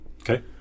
Okay